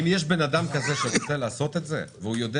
אם יש בנאדם כזה שהוא ירצה לעשות את זה והוא יודע